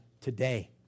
today